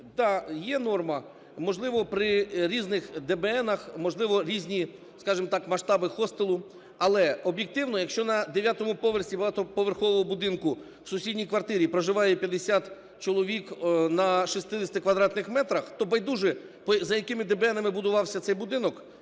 Да, є норма, можливо, при різних ДБНах можливо різні, скажемо так, масштаби хостелу. Але об'єктивно, якщо на 9-му поверсі багатоповерхового будинку в сусідній квартирі проживає 50 чоловік на 60 квадратних метрах, то байдуже, за якими ДБНами будувався цей будинок,